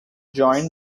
joined